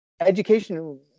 education